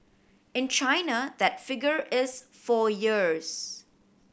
in China that figure is four years